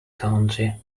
county